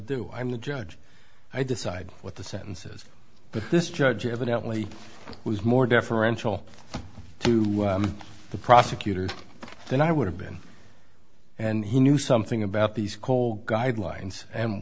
i'm the judge i decide what the sentences but this judge evidently was more deferential to the prosecutor than i would have been and he knew something about these coal guidelines and